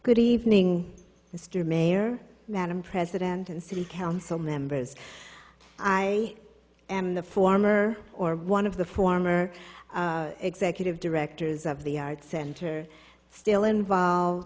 good evening mr mayor madam president and city council members i am the former or one of the former executive directors of the art center still involved